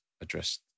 addressed